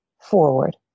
forward